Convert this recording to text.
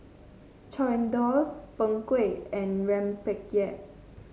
chendol Png Kueh and rempeyek